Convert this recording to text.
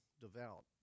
devout